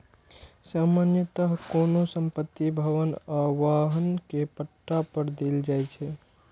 सामान्यतः कोनो संपत्ति, भवन आ वाहन कें पट्टा पर देल जाइ छै